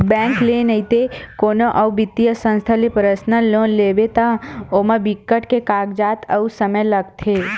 bank ले नइते कोनो अउ बित्तीय संस्था ले पर्सनल लोन लेबे त ओमा बिकट के कागजात अउ समे लागथे